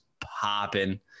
popping